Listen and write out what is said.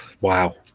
Wow